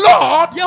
Lord